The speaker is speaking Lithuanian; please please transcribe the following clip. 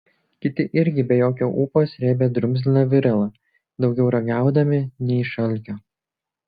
kiti irgi be jokio ūpo srėbė drumzliną viralą daugiau ragaudami nei iš alkio